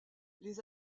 les